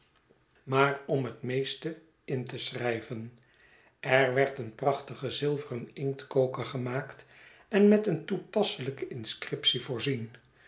maar om het meeste in te schrijven er werd een prachtige zilveren inktkoker gemaakt en met een toepasselijke inscriptie voorzien